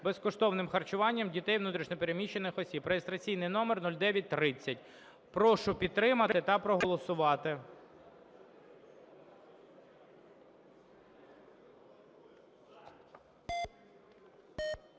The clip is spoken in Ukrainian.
безкоштовним харчуванням дітей внутрішньо переміщених осіб (реєстраційний номер 0930). Прошу підтримати та проголосувати.